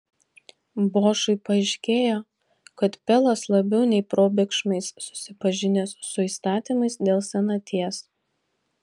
bošui paaiškėjo kad pelas labiau nei probėgšmais susipažinęs su įstatymais dėl senaties